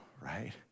right